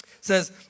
says